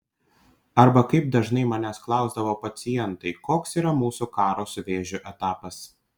arba kaip dažnai manęs klausdavo pacientai koks yra mūsų karo su vėžiu etapas